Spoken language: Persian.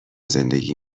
زندگی